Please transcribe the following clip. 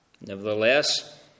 Nevertheless